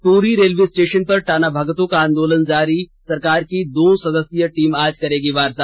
Tori railway station पर टाना भगतों का आंदोलन जारी सरकार की दो सदस्यीय टीम आज करेगी वार्ता